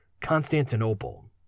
Constantinople